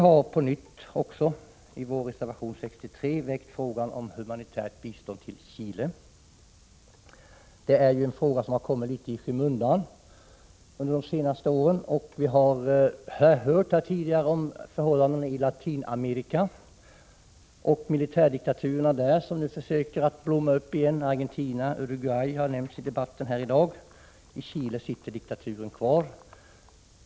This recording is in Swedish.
I reservation 63 har vi också på nytt väckt frågan om humanitärt bistånd till Chile. Det är ju en fråga som har kommit litet i skymundan under de senaste åren. Vi har här tidigare hört om förhållandena i Latinamerika och om militärdiktaturerna där, som nu försöker blomma upp igen. Argentina och Uruguay har nämnts i debatten här i dag. I Chile sitter diktaturen kvar.